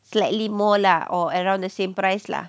slightly more lah or around the same price lah